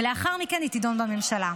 ולאחר מכן היא תידון בממשלה.